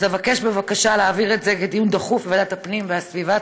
אז אבקש בבקשה להעביר לדיון דחוף בוועדת הפנים והגנת הסביבה.